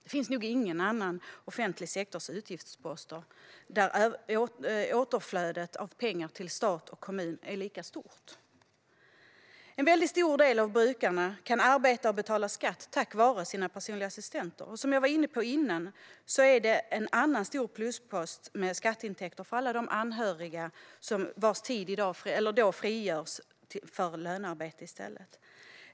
Det finns nog ingen annan av den offentliga sektorns utgiftsposter där återflödet av pengar till stat och kommun är lika stort. En väldigt stor del av brukarna kan arbeta och betala skatt tack vare sina personliga assistenter. Som jag var inne på innan är en annan stor pluspost skatteintäkter från alla de anhöriga vars tid då i stället frigörs för lönearbete.